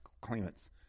claimants